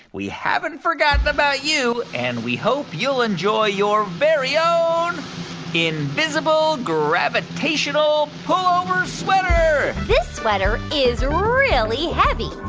we haven't forgotten about you, and we hope you'll enjoy your very own invisible gravitational pullover sweater this sweater is really heavy,